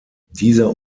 dieser